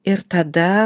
ir tada